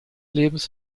lebens